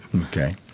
Okay